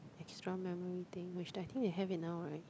extra memory thing which I think they have it now right